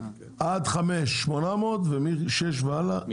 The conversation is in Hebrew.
עד 5 800 אלף, ומ- 6 ומעלה מיליון.